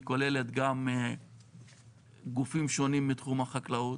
כוללת גם גופים שונים מתחום החקלאות?